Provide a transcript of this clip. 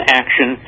action